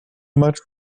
much